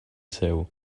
seu